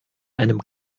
einem